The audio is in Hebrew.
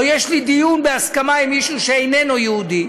או: יש לי דיון בהסכמה עם מישהו שהוא איננו יהודי,